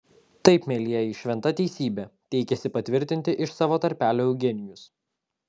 taip mielieji šventa teisybė teikėsi patvirtinti iš savo tarpelio eugenijus